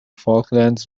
falklands